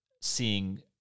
seeing